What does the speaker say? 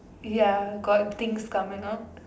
ya got things coming out